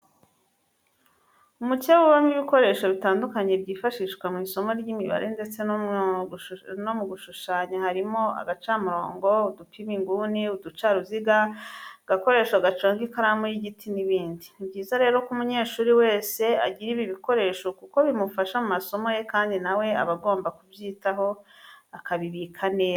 Umukebe ubamo ibikoresho bitandukanye byifashishwa mu isomo ry'imibare ndetse no mu gushushanya harimo ugacamurongo, udupima inguni, uducaruziga, agakorosho gaconga ikaramu y'igiti n'ibindi. Ni byiza rero ko umunyeshuri wese agira ibi bikoresho kuko bimufasha mu masomo ye kandi na we aba agomba kubyitaho akabibika neza.